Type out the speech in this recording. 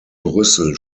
brüssel